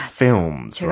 films